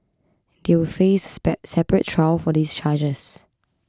they will face a separate trial for these charges